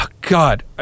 God